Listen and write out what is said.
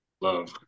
love